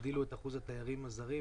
הגדילו את אחוז התיירים הזרים.